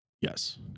Yes